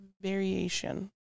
variation